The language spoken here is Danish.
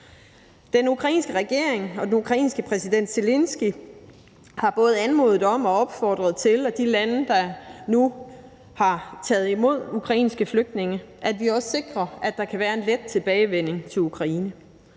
Den ukrainske regering og den ukrainske præsident Zelenskyj har både anmodet om og opfordret til, at de lande, der nu har taget imod ukrainske flygtninge, også sikrer, at der kan være en let tilbagevending til Ukraine.